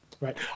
Right